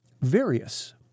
various